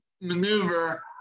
maneuver